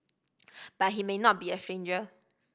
but he may not be a stranger